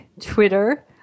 Twitter